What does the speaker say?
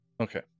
okay